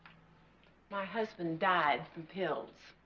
my husband died from pills